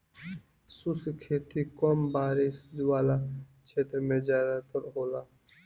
शुष्क खेती कम बारिश वाला क्षेत्र में ज़्यादातर होला